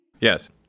Yes